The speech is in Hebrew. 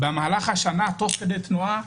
במהלך השנה, תוך כדי תנועה,